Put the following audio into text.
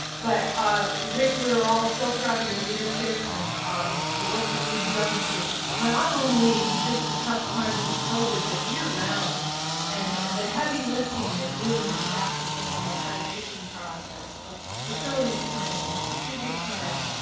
but ah rick, we're all so proud of your leadership and um the work that you've done through not only just the tough times with covid, but year round and the heavy lifting that you and your staff have done on the accreditation process, the facilities planning, the strategic planning,